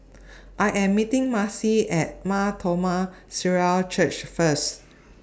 I Am meeting Maci At Mar Thoma Syrian Church First